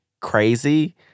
crazy